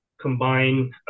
combine